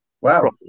Wow